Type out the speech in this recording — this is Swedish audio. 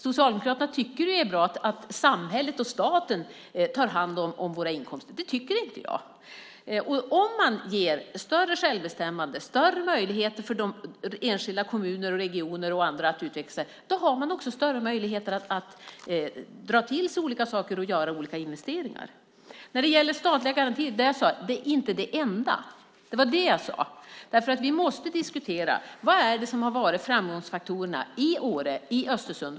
Socialdemokraterna tycker att det är bra att samhället och staten tar hand om våra inkomster. Det tycker inte jag. Om man ger större självbestämmande, större möjligheter för de enskilda kommuner, regioner och andra att utveckla sig har man också större möjligheter att dra till sig olika saker och göra olika investeringar. När det gäller statliga garantier sade jag: Det är inte det enda. Det var vad jag sade. Vi måste diskutera vad det är som har varit framgångsfaktorerna i Åre och i Östersund.